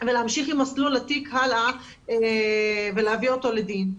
ולהמשיך עם מסלול התיק הלאה ולהביא אותו לדין.